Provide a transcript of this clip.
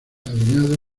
alineados